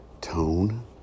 tone